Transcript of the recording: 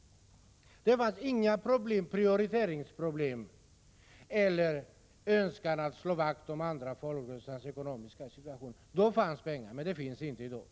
Då fanns det inga prioriteringsproblem eller någon önskan att slå vakt om de andra folkrörelsernas ekonomiska situation. Då fanns det pengar, men det finns det inte i dag.